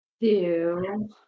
Two